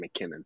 McKinnon